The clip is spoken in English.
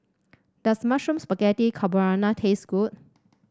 does Mushroom Spaghetti Carbonara taste good